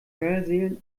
hörsälen